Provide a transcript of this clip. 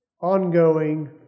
ongoing